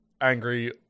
angry